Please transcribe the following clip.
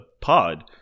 pod